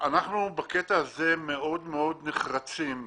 אנחנו בקטע הזה מאוד מאוד נחרצים.